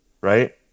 right